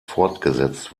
fortgesetzt